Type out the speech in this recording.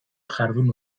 jardun